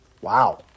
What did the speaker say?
Wow